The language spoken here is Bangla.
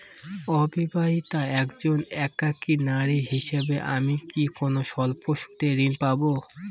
অবিবাহিতা একজন একাকী নারী হিসেবে আমি কি কোনো স্বল্প সুদের ঋণ পাব?